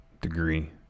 degree